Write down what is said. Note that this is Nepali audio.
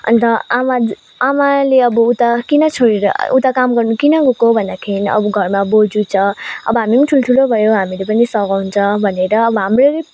अन्त आमा आमाले अब उता किन छोडेर उता काम गर्नु किन गएको भन्दाखेरि अब घरमा बोजु छ अब हामी पनि ठुल्ठुलो भयो हामीले पनि सघाउँछ भनेर अब हाम्रै